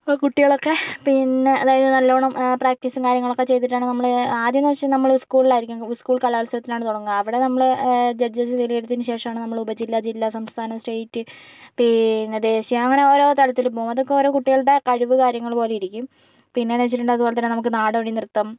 ആ കുട്ടികളൊക്കെ പിന്നെ അതായത് നല്ലവണം പ്രാക്റ്റീസും കാര്യങ്ങളൊക്കെ ചെയ്തിട്ടാണ് നമ്മൾ ആദ്യം എന്നു വെച്ചാൽ നമ്മൾ സ്കൂളായിരിക്കും സ്കൂൾ കലോത്സവത്തിനാണ് തുടങ്ങുക അവിടെ നമ്മൾ ജഡ്ജസ് തിരഞ്ഞെടുത്തതിന് ശേഷമാണ് നമ്മൾ ഉപജില്ല ജില്ലാ സംസ്ഥാനം സ്റ്റേറ്റ് പിന്നെ ദേശീയം അങ്ങനെ ഓരോ തലത്തിലും അതൊക്കെ ഓരോ കുട്ടികളുടെ കഴിവ് കാര്യങ്ങൾ പോലെയിരിക്കും പിന്നെന്നു വെച്ചിട്ടുണ്ടേ അതുപോലെതന്നെ നമുക്ക് നാടോടി നൃത്തം